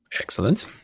Excellent